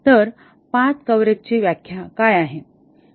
तर पाथ कव्हरेजची व्याख्या काय आहे